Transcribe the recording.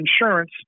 insurance